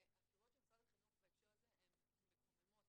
התשובות של משרד החינוך בהקשר הזה הן מקוממות.